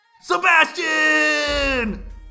Sebastian